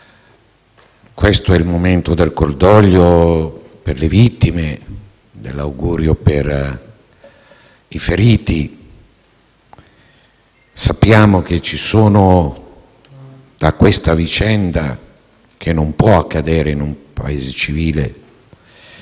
Questo è il momento del cordoglio per le vittime, dell'augurio per i feriti. Sappiamo che ci sono in questa vicenda, che non può accadere in un Paese civile,